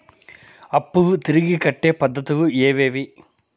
అప్పులు తిరిగి కట్టే పద్ధతులు ఏవేవి